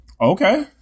Okay